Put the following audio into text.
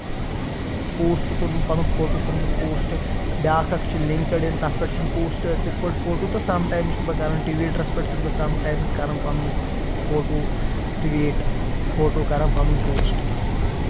post کورمُت پَنُن photo کورمُت پوسٹ بیاکھ اکھ چھُ لنکڈ اِن تَتھ پٮ۪ٹھ چھُ نہٕ پوسٹ تتھ پٲٹھۍ فوٹو تہٕ سم ٹایمز چھُس بہٕ کران ٹویٹرس پٮ۪ٹھ چھُس بہٕ سم ٹایمز کران پَنُن فوٹو ٹویٖٹ فوٹو کران پَنُن پوسٹ